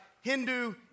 Hindu